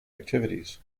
activities